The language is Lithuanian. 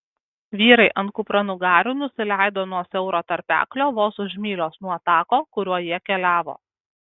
vyrai ant kupranugarių nusileido nuo siauro tarpeklio vos už mylios nuo tako kuriuo jie keliavo